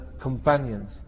companions